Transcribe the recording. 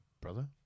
Brother